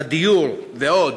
בדיור ועוד,